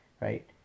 right